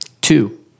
Two